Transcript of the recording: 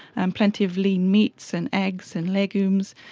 and plenty of lean meat so and eggs and legumes,